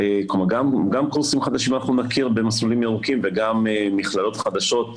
כלומר גם קורסים חדשים אנחנו נכיר במסלולים ירוקים וגם מכללות חדשות,